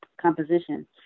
composition